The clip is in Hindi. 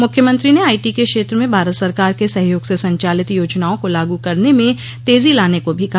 मुख्यमंत्री ने आईटी के क्षेत्र में भारत सरकार के सहयोग से संचालित योजनाओं को लागू करने में तेजी लाने को भी कहा